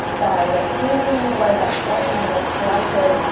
the location where that specimen was collected,